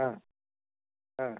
ஆ ஆ